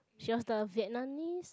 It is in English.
she was the Vietnamese